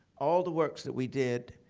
all the works that we did